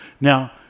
Now